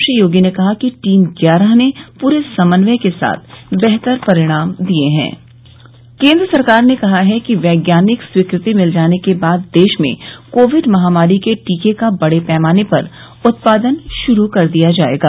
श्री योगी ने कहा कि टीम ग्यारह ने पूरे समन्वय के साथ बेहतर परिणाम दिए हैं केन्द्र सरकार ने कहा कि वैज्ञानिक स्वीकृति मिल जाने के बाद देश में कोविड महामारी के टीके का बड़े पैमाने पर उत्पादन शुरू कर दिया जाएगा